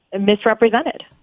misrepresented